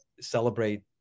celebrate